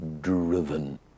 driven